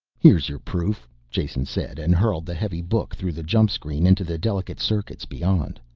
here's your proof, jason said, and hurled the heavy book through the jump screen into the delicate circuits behind.